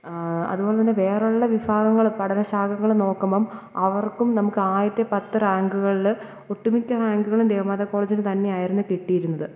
അതുപോലെ തന്നെ വേറുള്ള വിഭാഗങ്ങൾ പഠന ശാഖകൾ നോക്കുമ്പം അവർക്കും നമുക്ക് ആദ്യത്തെ പത്തു റാങ്കുകളിൽ ഒട്ടുമിക്ക റാങ്കുകളും ദേവമാതാ കോളേജിനു തന്നെ ആയിരുന്നു കിട്ടിയിരുന്നത്